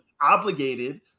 obligated